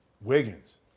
Wiggins